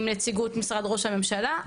עם נציגות משרד ראש הממשלה.